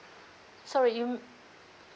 sorry you